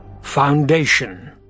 Foundation